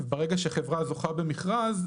ברגע שחברה זוכה במכרז,